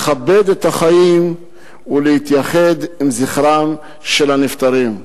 לכבד את החיים ולהתייחד עם זכרם של הנפטרים.